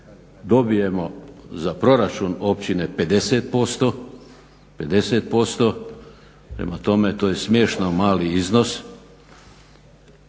dobijemo za proračun općine 50%. Prema tome to je smiješno mali iznos.